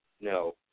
no